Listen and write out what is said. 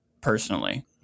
personally